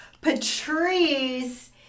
Patrice